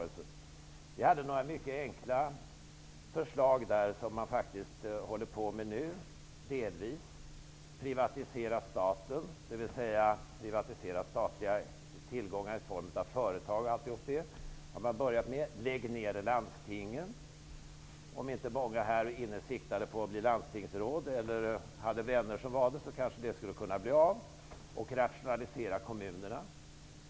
Vi ställde där några enkla förslag som man nu faktiskt håller på att genomföra, t.ex. att privatisera staten, dvs. att privatisera statliga tillgångar i form av företag. Det har man börjat med. Ett annat var att lägga ned landstingen. Om inte många här inne siktade på att bli landstingsråd eller hade vänner som var det kanske det skulle kunna bli av. Ytterligare ett förslag var att rationalisera kommunerna.